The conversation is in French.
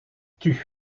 tut